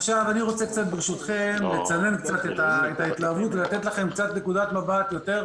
לכם את ההתלהבות ולתת לכם נקודת מבט גדולה יותר